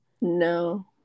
No